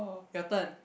your turn